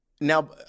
now